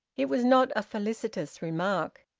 it was not a felicitous remark.